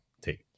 take